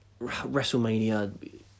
WrestleMania